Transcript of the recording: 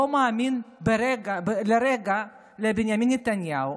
לא מאמין לרגע לבנימין נתניהו,